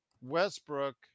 Westbrook